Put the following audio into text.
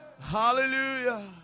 Hallelujah